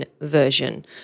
version